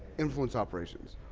influence operations.